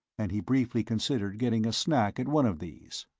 and he briefly considered getting a snack at one of these.